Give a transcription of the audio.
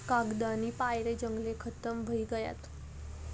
कागदनी पायरे जंगले खतम व्हयी गयात